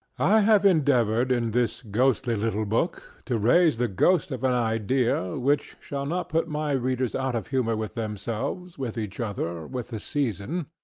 i have endeavoured in this ghostly little book, to raise the ghost of an idea, which shall not put my readers out of humour with themselves, with each other, with the season,